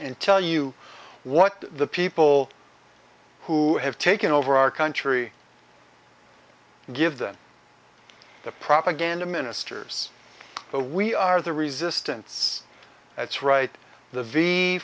and tell you what the people who have taken over our country give them the propaganda ministers we are the resistance that's right the v